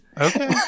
Okay